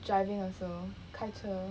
driving also 开车